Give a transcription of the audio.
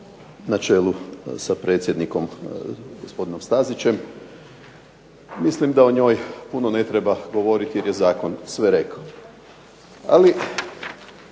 na čelu sa predsjednikom gospodinom Stazićem. Mislim da o njoj puno ne treba govoriti jer je zakon sve rekao.